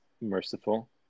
merciful